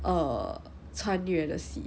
err 穿越的戏